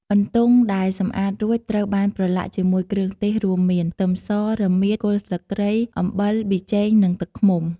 អន្ទង់ដែលសម្អាតរួច ត្រូវបានប្រឡាក់ជាមួយគ្រឿងទេសរួមមាន ខ្ទឹមស រមៀត គល់ស្លឹកគ្រៃ អំបិល ប៊ីចេង និងទឹកឃ្មុំ។